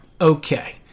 okay